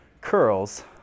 curls